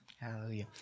Hallelujah